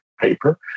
paper